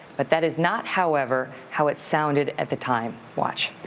but that is not, however, how it sounded at the time. watch.